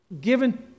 given